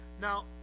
Now